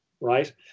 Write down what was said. right